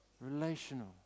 Relational